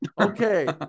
Okay